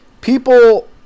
People